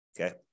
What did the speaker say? okay